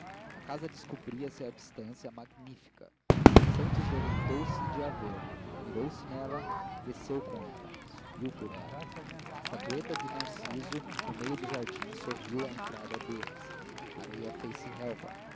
a casa descobria se a distância magnífica santos deleitou se de a ver mirou se nela cresceu com ela subiu por ela a estatueta de narciso no meio do jardim sorriu à entrada deles a areia fez-se relva